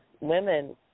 women